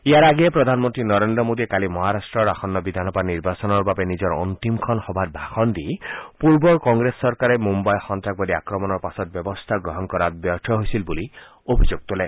ইয়াৰ আগেয়ে প্ৰধানমন্ত্ৰী নৰেন্দ্ৰ মোদীয়ে কালি মহাৰাট্টৰ আসন্ন বিধানসভা নিৰ্বাচনৰ বাবে নিজৰ অন্তিমখন সভাত ভাষণ দি পূৰ্বৰ কংগ্ৰেছ চৰকাৰে মুম্বাই সন্ত্ৰাসবাদী আক্ৰমণৰ পাছত ব্যৱস্থা গ্ৰহণ কৰাত ব্যৰ্থ হৈছিল বুলি অভিযোগ তোলে